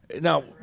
Now